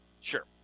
Sure